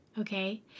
okay